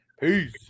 Peace